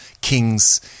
King's